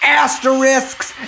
asterisks